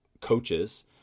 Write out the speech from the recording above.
coaches